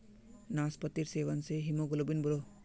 नास्पातिर सेवन से हीमोग्लोबिन बढ़ोह